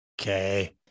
Okay